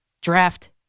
draft